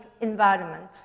environment